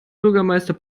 bürgermeister